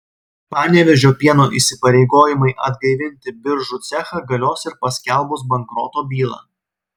panevėžio pieno įsipareigojimai atgaivinti biržų cechą galios ir paskelbus bankroto bylą